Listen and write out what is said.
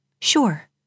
Sure